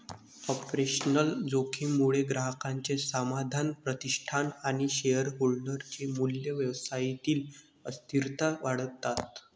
operational जोखीम मुळे ग्राहकांचे समाधान, प्रतिष्ठा आणि शेअरहोल्डर चे मूल्य, व्यवसायातील अस्थिरता वाढतात